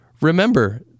Remember